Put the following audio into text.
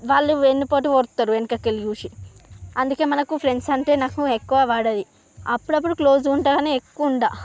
వాళ్ళు వెన్నుపోటు పొడుస్తారు వెనక్కి కెళ్లి చూసి అందుకే మనకు ఫ్రెండ్స్ అంటే నాకు ఎక్కువ పడదు అప్పుడప్పుడు క్లోజ్గా ఉంటాను కాని ఎక్కువ ఉండను